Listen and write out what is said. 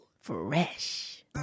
Fresh